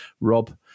Rob